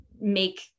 make